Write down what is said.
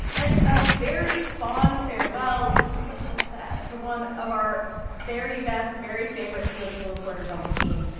and a very fond farewell this is, like, so sad to one of our very best, very favorite political reporters on the team,